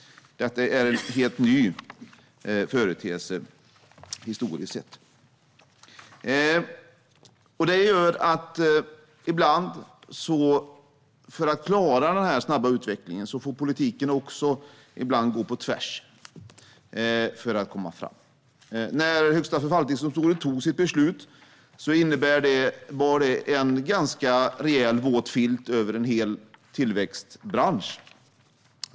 Det är en helt ny företeelse historiskt sett. För att klara den snabba utvecklingen får politiken ibland gå på tvärs för att komma framåt. Högsta förvaltningsdomstolens beslut innebar en ganska rejäl, våt filt över en hel tillväxtbransch.